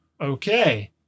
okay